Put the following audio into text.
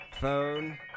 phone